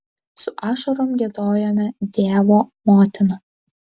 su ašarom giedojome dievo motiną